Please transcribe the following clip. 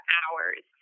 hours